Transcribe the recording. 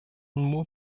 nur